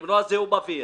כדי למנוע זיהום אוויר